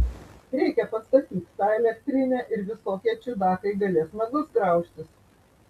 reikia pastatyt tą elektrinę ir visokie čiudakai galės nagus graužtis